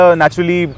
naturally